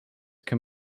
can